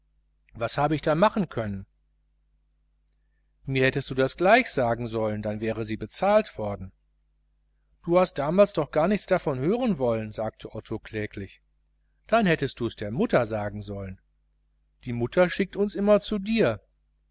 was habe ich da machen können mir hättest du das gleich sagen sollen dann wäre sie bezahlt worden du hast damals gar nichts davon hören wollen sagte otto kläglich dann hättest du es der mutter sagen sollen die mutter schickt uns immer zu dir